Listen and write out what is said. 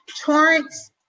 Torrance